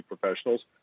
professionals